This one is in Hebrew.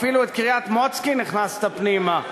אפילו את קריית-מוצקין הכנסת פנימה,